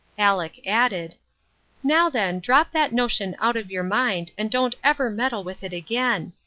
aleck added now then, drop that notion out of your mind, and don't ever meddle with it again.